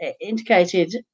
indicated